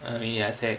I mean ya correct